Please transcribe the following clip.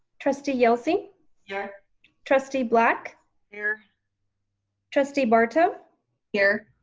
trustee yelsey here trustee black here trustee barto here.